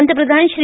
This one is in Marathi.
पंतप्रधान श्री